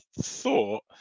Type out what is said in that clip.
thought